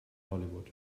hollywood